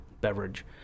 beverage